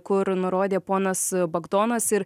kur nurodė ponas bagdonas ir